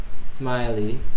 Smiley